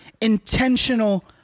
Intentional